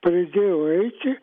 pradėjo eiti